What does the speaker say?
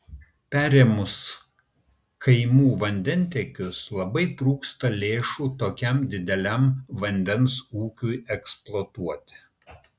perėmus kaimų vandentiekius labai trūksta lėšų tokiam dideliam vandens ūkiui eksploatuoti